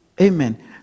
Amen